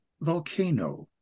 volcano